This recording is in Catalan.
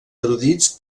erudits